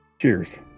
Cheers